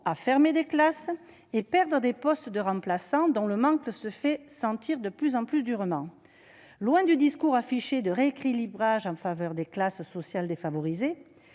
à fermer des classes et à perdre des postes de remplaçants, dont le manque se fait sentir de plus en plus durement. Loin du discours affiché de rééquilibrage en faveur des classes sociales défavorisées,